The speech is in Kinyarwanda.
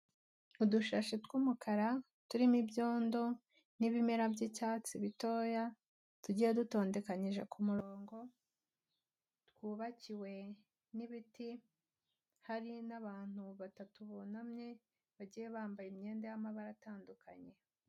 Udushashi tw'umukara turimo ibyondo n'ibimera by'icyatsi bitoya, tugiye dutondekanyije ku murongo, twubakiwe n'ibiti, hari n'abantu batatu bunamye bagiye bambaye imyenda y'amabara atandukanye.